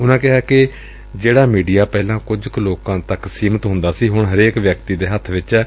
ਉਨਾਂ ਕਿਹਾ ਕਿ ਜਿਹੜਾ ਮੀਡੀਆ ਪਹਿਲਾ ਕੁਝ ਕੁ ਲੋਕਾਂ ਕੋਲ ਸੀਮਤ ਹੁੰਦਾ ਸੀ ਹੁਣ ਹਰੇਕ ਵਿਅਕਤੀ ਦੇ ਹੱਬ ਚ ਆ ਗਿਐ